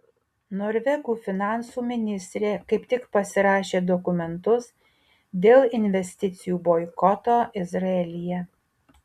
norvegų finansų ministrė kaip tik pasirašė dokumentus dėl investicijų boikoto izraelyje